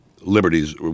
liberties